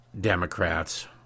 Democrats